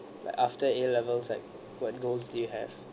like after A levels like what goals do you have